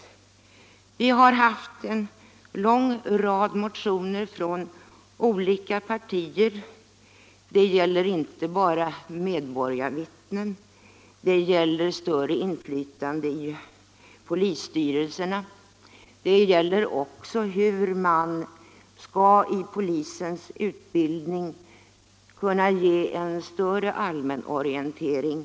Utskottet har haft att behandla en lång rad motioner från olika partier. Dessa gäller inte bara frågan om medborgarvittnen, utan de gäller också frågan om ett större inflytande i polisstyrelserna och hur man i polisens utbildning skall kunna ge en större allmän orientering.